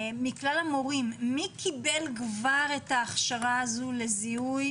מי קיבל כבר את ההכשרה הזו לזיהוי